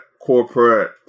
corporate